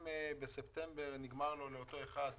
אם בספטמבר נגמר לו הזמן,